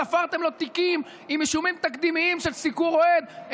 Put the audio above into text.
תפרתם לו תיקים עם אישומים תקדימיים של סיקור אוהד,